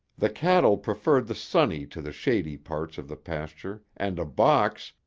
the cattle preferred the sunny to the shady parts of the pasture and a box,